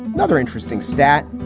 another interesting stat,